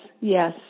yes